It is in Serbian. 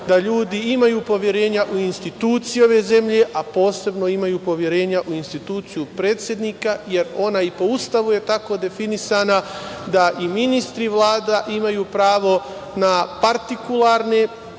da ljudi imaju poverenja u institucije ove zemlje, a posebno imaju poverenja u instituciju predsednika, jer ona i po Ustavu je tako definisana da i ministri i Vlada imaju pravo na partikularne